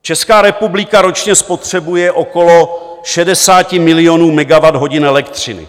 Česká republika ročně spotřebuje okolo 60 milionů megawatthodin elektřiny.